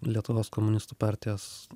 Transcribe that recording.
lietuvos komunistų partijos